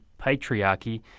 patriarchy